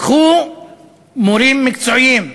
קחו מורים מקצועיים,